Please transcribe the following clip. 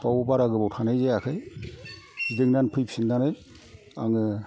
बाव बारा गोबाव थानाय जायाखै गिदिंनानै फैफिननानै आङो